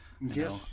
Yes